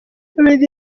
meddy